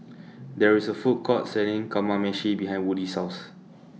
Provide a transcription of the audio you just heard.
There IS A Food Court Selling Kamameshi behind Woody's House